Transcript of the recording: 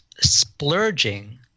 splurging